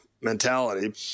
mentality